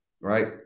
right